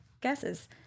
guesses